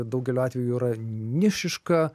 daugeliu atvejų yra nišiška